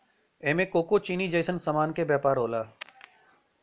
एमे कोको चीनी जइसन सामान के व्यापार होला